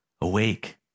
awake